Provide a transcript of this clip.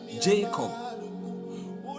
Jacob